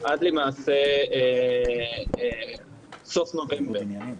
עד למעשה סוף נובמבר.